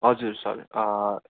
हजुर सर